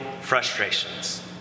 frustrations